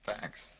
Thanks